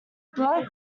blood